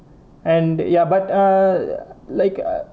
and ya but err like